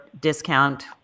discount